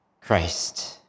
Christ